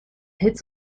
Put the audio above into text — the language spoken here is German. hältst